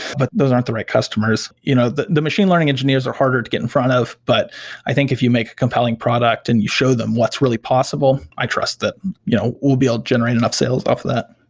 but those aren't the right customers. you know the the machine learning engineers are harder to get in front of, but i think if you make a compelling product and you show them what's really possible, i trust that you know we'll be able to generate enough sales off of that